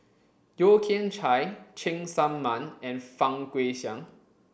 Yeo Kian Chai Cheng Tsang Man and Fang Guixiang